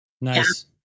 nice